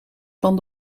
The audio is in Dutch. van